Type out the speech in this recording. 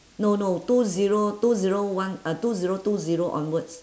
no no two zero two zero one ah two zero two zero onwards